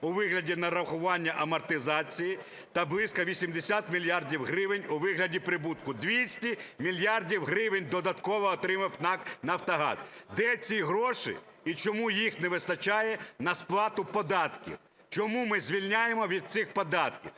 у вигляді нарахування амортизації та близько 80 мільярдів гривень у вигляді прибутку, 200 мільярдів гривень додатково отримав НАК "Нафтогаз". Де ці гроші? І чому їх не вистачає на сплату податків? Чому ми звільняємо від цих податків?